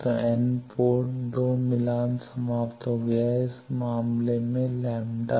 तो n port 2 मिलान समाप्त हो गया है इस मामले में λ लैम्ब्डा